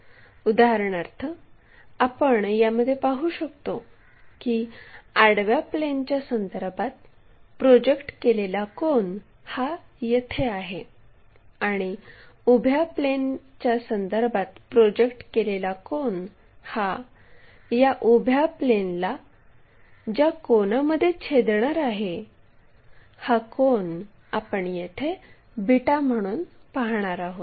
उदाहरणार्थ आपण यामध्ये पाहू शकतो की आडव्या प्लेनच्या संदर्भात प्रोजेक्ट केलेला कोन हा येथे आहे आणि उभ्या प्लेनच्या संदर्भात प्रोजेक्ट केलेला कोन हा या उभ्या प्लेनला ज्या कोनामध्ये छेदणार आहे हा कोन आपण येथे बीटा म्हणून पाहणार आहोत